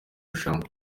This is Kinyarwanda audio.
rushanwa